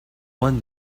one